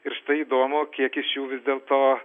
ir štai įdomu kiek iš jų vis dėlto